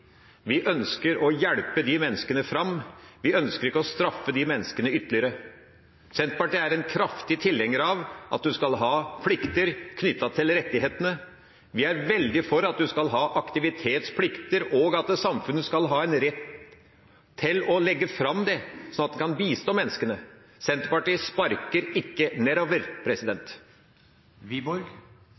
Vi ønsker å hjelpe de menneskene fram, vi ønsker ikke å straffe de menneskene ytterligere. Senterpartiet er en kraftig tilhenger av at en skal ha plikter knyttet til rettighetene. Vi er veldig for at en skal ha aktivitetsplikter, og at samfunnet skal ha en rett til å legge det fram, slik at det kan bistå menneskene. Senterpartiet sparker ikke nedover.